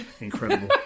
Incredible